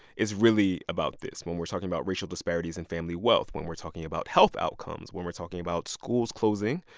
is really about this. when we're talking about racial disparities and family wealth, when we're talking about health outcomes, when we're talking about schools closing,